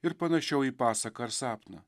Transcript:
ir panašiau į pasaką ar sapną